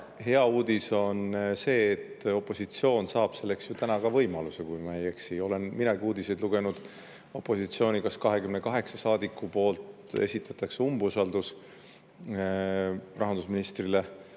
Hea uudis on see, et opositsioon saab selleks ju täna ka võimaluse, kui ma ei eksi. Olen minagi uudiseid lugenud opositsiooni – kas 28? – saadiku poolt esitatakse umbusaldus rahandusministrile,